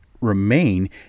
remain